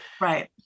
right